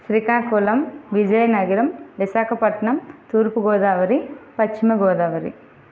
Srikakulam Vizianagaram Visakhapatnam Thurpu Godavari Paschima Godavari